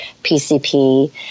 PCP